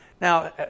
Now